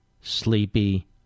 sleepy